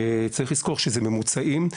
צריך לזכור שזה ממוצעים,